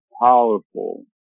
powerful